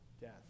Death